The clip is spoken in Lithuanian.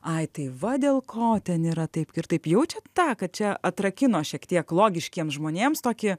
ai tai va dėl ko ten yra taip ir taip jaučiat tą kad čia atrakino šiek tiek logiškiems žmonėms tokį